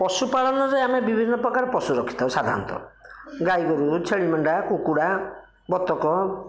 ପଶୁ ପାଳନରେ ଆମେ ବିଭିନ୍ନ ପ୍ରକାର ପଶୁ ରଖିଥାଉ ସାଧାରଣତଃ ଗାଈଗୋରୁ ଛେଳି ମେଣ୍ଢା କୁକୁଡ଼ା ବତକ